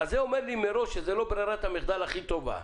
זה אומר שזו לא ברירת המחדל הכי טובה.